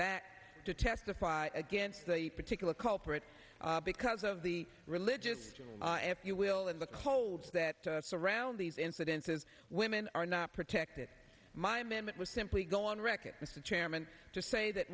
back to testify against the particular culprits because of the religious if you will and the colds that surround these incidences women are not protected my m m it was simply go on record with the chairman to say that